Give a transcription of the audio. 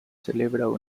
celebraba